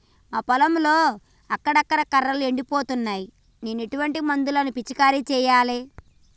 మా పొలంలో అక్కడక్కడ కర్రలు ఎండిపోతున్నాయి నేను ఎటువంటి మందులను పిచికారీ చెయ్యాలే?